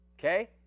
Okay